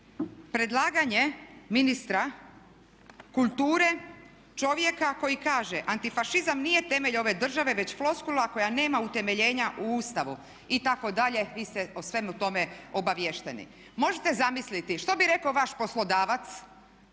predlaganje ministra kulture čovjeka koji kaže antifašizam nije temelj ove države već floskula koja nema utemeljenja u Ustavu, itd., vi ste o svemu tome obaviješteni. Možete zamisliti što bi rekao vaš poslodavac